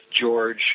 George